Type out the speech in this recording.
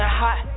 hot